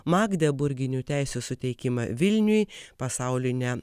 magdeburginių teisių suteikimą vilniui pasaulinę